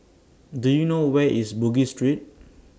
Do YOU know Where IS Bugis Street